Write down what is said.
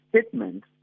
statement